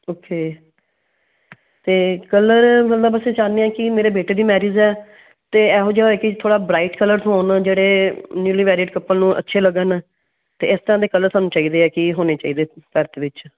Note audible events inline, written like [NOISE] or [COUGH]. ਉੱਥੇ ਅਤੇ ਕਲਰ [UNINTELLIGIBLE] ਮੈਂ ਬਸ ਇਹ ਚਾਹੁੰਦੀ ਹਾਂ ਕਿ ਮੇਰੇ ਬੇਟੇ ਦੀ ਮੈਰਿਜ ਹੈ ਅਤੇ ਇਹੋ ਜਿਹਾ ਹੋਏ ਕੀ ਥੋੜ੍ਹਾ ਬਰਾਈਟ ਕਲਰ ਹੋਣ ਜਿਹੜੇ ਨਿਊਲੀ ਮੈਰਿਡ ਕੱਪਲ ਨੂੰ ਅੱਛੇ ਲੱਗਣ ਅਤੇ ਇਸ ਤਰ੍ਹਾਂ ਦੇ ਕਲਰ ਸਾਨੂੰ ਚਾਹੀਦੇ ਹੈ ਕਿ ਹੋਣੇ ਚਾਹੀਦੇ ਹੈ [UNINTELLIGIBLE] ਵਿੱਚ